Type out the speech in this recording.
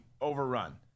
overrun